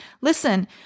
listen